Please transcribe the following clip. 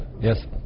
Yes